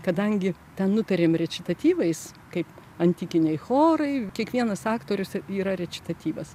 kadangi ten nutarėm rečitatyvais kaip antikiniai chorai kiekvienas aktorius yra rečitatyvas